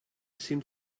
seemed